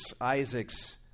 Isaac's